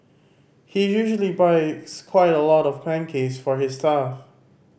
he usually buys quite a lot of pancakes for his staff